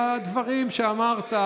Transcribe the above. אבל הדברים שאמרת,